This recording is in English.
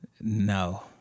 No